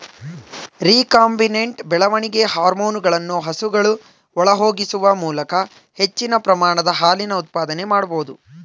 recombinant ಬೆಳವಣಿಗೆ ಹಾರ್ಮೋನುಗಳನ್ನು ಹಸುಗಳ ಒಳಹೊಗಿಸುವ ಮೂಲಕ ಹೆಚ್ಚಿನ ಪ್ರಮಾಣದ ಹಾಲಿನ ಉತ್ಪಾದನೆ ಮಾಡ್ಬೋದು